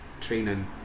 training